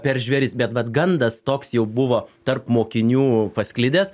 per žvėris bet vat gandas toks jau buvo tarp mokinių pasklidęs